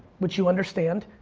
which you understand.